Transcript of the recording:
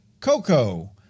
Coco